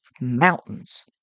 mountains